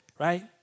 Right